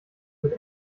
mit